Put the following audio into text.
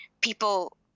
people